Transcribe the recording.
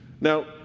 Now